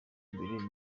imbere